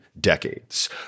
decades